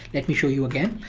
let me show you again.